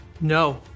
No